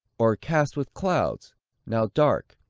o'ercast with clouds now dark,